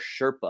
sherpa